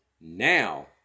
now